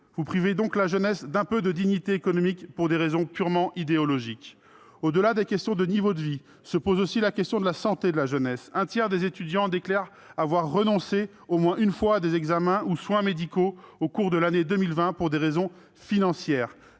Vous privez donc la jeunesse d'un peu de dignité économique pour des raisons purement idéologiques. Au-delà de leur niveau de vie se pose aussi la question de la santé de la jeunesse. Un tiers des étudiants déclarent avoir renoncé au moins une fois à des examens ou soins médicaux au cours de l'année 2020 pour des raisons financières.